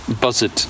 buzzard